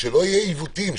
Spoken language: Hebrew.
יהיו עיוותים,